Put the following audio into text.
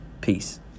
Peace